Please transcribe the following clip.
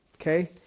Okay